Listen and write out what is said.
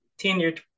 tenured